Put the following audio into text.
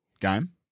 game